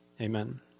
amen